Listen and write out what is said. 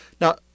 Now